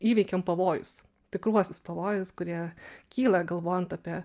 įveikiam pavojus tikruosius pavojus kurie kyla galvojant apie